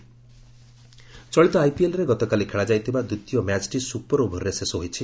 IPL ଚଳିତ ଆଇପିଏଲ୍ରେ ଗତକାଲି ଖେଳାଯାଇଥିବା ଦ୍ୱିତୀୟ ମ୍ୟାଚ୍ଟି ସୁପର୍ ଓଭର୍ରେ ଶେଷ ହୋଇଛି